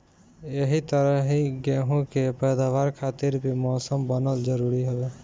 एही तरही गेंहू के पैदावार खातिर भी मौसम बनल जरुरी हवे